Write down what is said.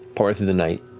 partway through the night,